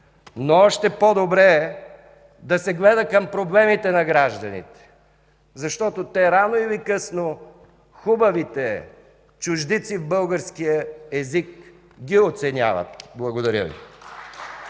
но още по-добре е да се гледа към проблемите на гражданите, защото те, рано или късно, хубавите чуждици в българския език ги оценяват. Благодаря Ви.